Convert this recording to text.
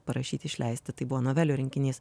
parašyti išleisti tai buvo novelių rinkinys